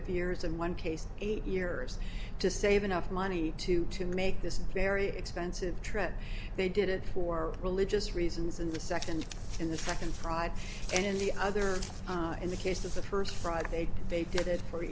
of years and one case eight years to save enough money to to make this very expensive trip they did it for religious reasons and the second in the second pride and the other in the case of the first friday they did it for